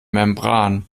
membran